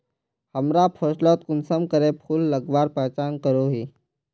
हमरा फसलोत कुंसम करे फूल लगवार पहचान करो ही?